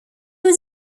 was